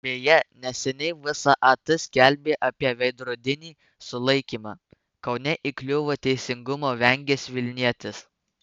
beje neseniai vsat skelbė apie veidrodinį sulaikymą kaune įkliuvo teisingumo vengęs vilnietis